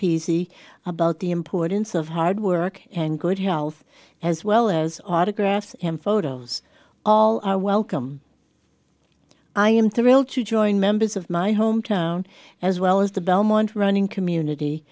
c about the importance of hard work and good health as well as autographs and photos all are welcome i am thrilled to join members of my hometown as well as the belmont running community